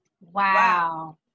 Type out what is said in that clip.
Wow